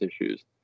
issues